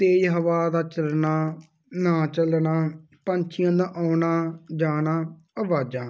ਤੇਜ਼ ਹਵਾ ਦਾ ਚੱਲਣਾ ਨਾ ਚੱਲਣਾ ਪੰਛੀਆਂ ਦਾ ਆਉਣਾ ਜਾਣਾ ਆਵਾਜ਼ਾਂ